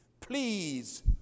please